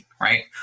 right